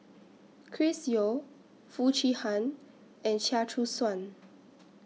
Chris Yeo Foo Chee Han and Chia Choo Suan